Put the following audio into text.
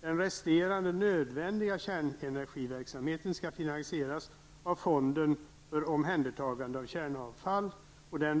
Den resterande nödvändiga kärnenergiverksamheten skall finansieras av fonden för omhändertagande av kärnavfall.